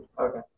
Okay